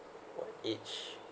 for each